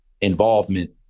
involvement